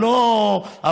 זה לא עבודה,